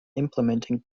implementing